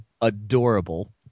adorable